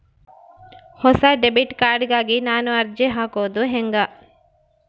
ಹೊಸ debit card ಗಾಗಿ ನಾನು ಅರ್ಜಿ ಹಾಕೊದು ಹೆಂಗ?